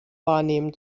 wahrnehmen